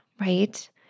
right